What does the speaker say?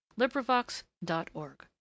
LibriVox.org